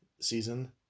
season